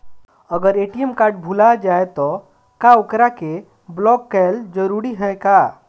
अगर ATM card भूला जाए त का ओकरा के बलौक कैल जरूरी है का?